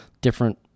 different